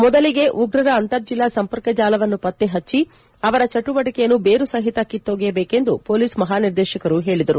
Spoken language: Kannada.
ಮೊದಲಿಗೆ ಉಗ್ರರ ಅಂತರ್ ಜಿಲ್ಲಾ ಸಂಪರ್ಕಜಾಲವನ್ನು ಪತ್ತೆಪಚ್ಚಿ ಅವರ ಚಟುವಟಿಕೆಯನ್ನು ಬೇರು ಸಹಿತ ಕಿತ್ತೊಗೆಯಬೇಕೆಂದು ಮೊಲೀಸ್ ಮಹಾನಿರ್ದೇಶಕರು ಹೇಳಿದರು